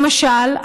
למשל,